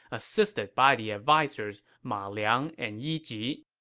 assisted by the advisers ma liang and yi ji